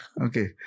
Okay